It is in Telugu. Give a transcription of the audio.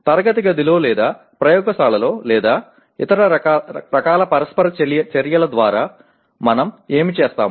తరగతి గదిలో లేదా ప్రయోగశాలలో లేదా ఇతర రకాల పరస్పర చర్యల ద్వారా మనం ఏమి చేస్తాము